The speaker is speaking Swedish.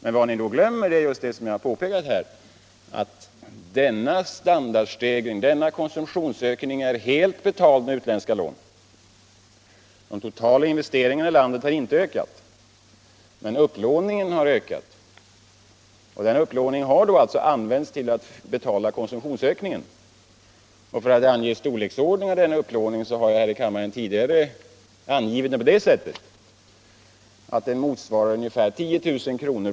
Men vad ni då glömmer är just det som jag har påpekat, nämligen att den konsumtionsökning som skett är helt betald med utländska lån. De totala investeringarna i Sverige har inte ökat, men upplåningen har ökat, och den upplåningen har använts till att betala konsumtionsökningen. Storleken av denna upplåning har jag här i kammaren tidigare angivit på det sättet att den motsvarar ungefär 10 000 kr.